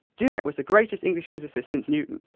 dirac was the greatest english physicist since newton,